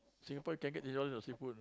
Singapore can get eight dollars for seafood